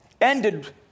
ended